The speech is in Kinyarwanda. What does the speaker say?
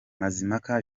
mazimpaka